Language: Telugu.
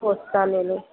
వస్తాను నేను